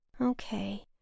Okay